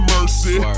Mercy